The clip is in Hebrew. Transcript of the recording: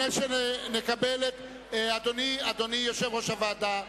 אדוני יושב-ראש הוועדה,